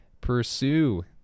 pursue